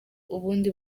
ubundi